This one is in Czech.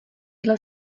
dle